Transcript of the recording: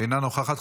אינה נוכחת.